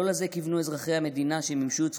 לא לזה כיוונו אזרחי המדינה שמימשו את